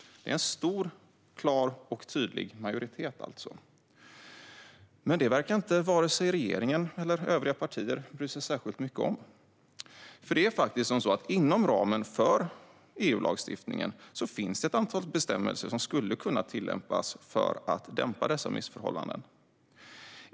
Det är en stor, klar och tydlig majoritet. Men detta verkar inte vare sig regeringen eller andra partier bry sig särskilt mycket om. Det finns faktiskt ett antal bestämmelser inom ramen för EU-lagstiftningen som skulle kunna tillämpas för att dämpa dessa missförhållanden.